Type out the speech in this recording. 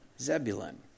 Zebulun